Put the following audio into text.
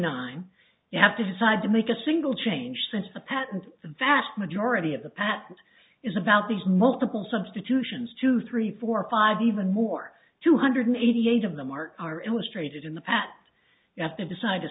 nine you have to decide to make a single change since the patent the vast majority of the patent is about these multiple substitutions two three four five even more two hundred eighty eight of them are illustrated in the pat you have to decide